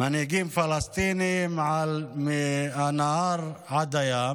מנהיגים פלסטינים על "מהנהר עד הים",